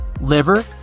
liver